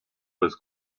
was